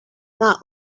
not